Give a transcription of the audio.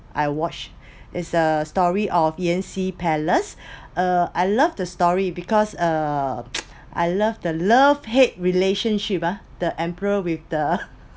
I watch is a story of yan xi palace uh I love the story because uh I love the love hate relationship ah the emperor with the